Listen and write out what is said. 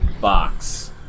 box